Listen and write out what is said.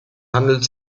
handelt